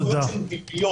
יש זכויות שהן טבעיות.